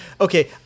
Okay